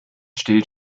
still